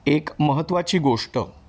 एक महत्त्वाची गोष्ट